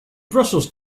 brussels